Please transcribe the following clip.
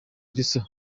elsa